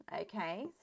okay